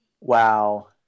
Wow